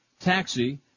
Taxi